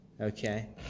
Okay